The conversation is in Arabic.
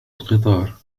القطار